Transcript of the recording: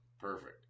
perfect